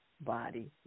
body